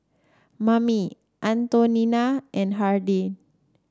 Mamie Antonina and Hardin